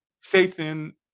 Satan